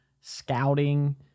scouting